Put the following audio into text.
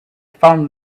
found